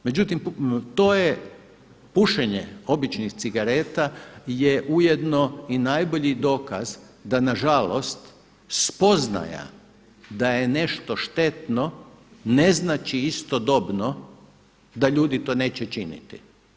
Međutim to je pušenje običnih cigareta je ujedno i najbolji dokaz da nažalost spoznaja da je nešto štetno ne znači istodobno da ljudi to neće činiti.